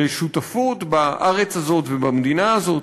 לשותפות בארץ הזאת ובמדינה הזאת.